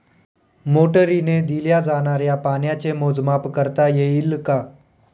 मोटरीने दिल्या जाणाऱ्या पाण्याचे मोजमाप करता येईल का?